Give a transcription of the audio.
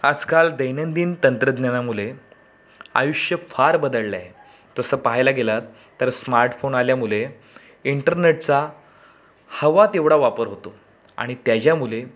आजकाल दैनंदिन तंत्रज्ञानामुळे आयुष्य फार बदललं आहे तसं पाहायला गेलात तर स्मार्टफोन आल्यामुळे इंटरनेटचा हवा तेवढा वापर होतो आणि त्याच्यामुळे